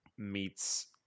meets